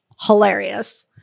hilarious